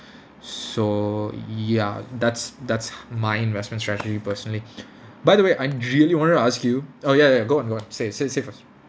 so ya that's that's h~ my investment strategy personally by the way I really wanted to ask you oh ya ya go on go on say say say first